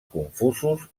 confusos